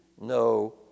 no